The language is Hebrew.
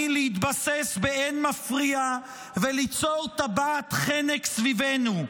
להתבסס באין מפריע וליצור טבעת חנק סביבנו,